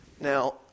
Now